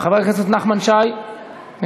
חברת הכנסת עאידה תומא סלימאן, מוותרת.